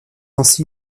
ainsi